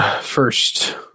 first